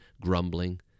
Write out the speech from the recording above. grumbling